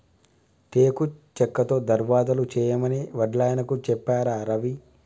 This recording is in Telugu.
టేకు చెక్కతో దర్వాజలు చేయమని వడ్లాయనకు చెప్పారా రవి